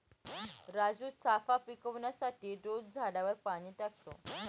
राजू चाफा पिकवण्यासाठी रोज झाडावर पाणी टाकतो